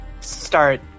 start